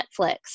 Netflix